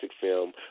film